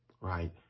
right